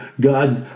God's